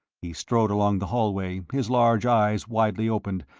he strode along the hallway, his large eyes widely opened,